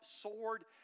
sword